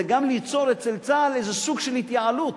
זה גם ליצור בצה"ל איזה סוג של התייעלות